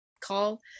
call